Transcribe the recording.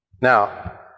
Now